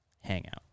hangout